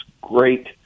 great